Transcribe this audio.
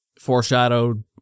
foreshadowed